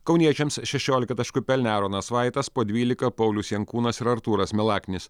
kauniečiams šešiolika taškų pelnė aronas vaitas po dvylika paulius jankūnas ir artūras milaknis